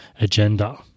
agenda